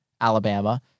Alabama